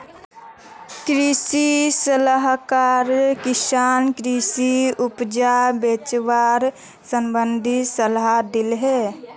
कृषि सलाहकार किसानक कृषि उपज बेचवार संबंधित सलाह दिले